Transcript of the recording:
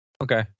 Okay